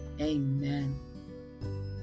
amen